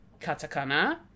katakana